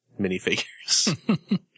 minifigures